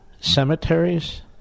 cemeteries